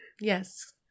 Yes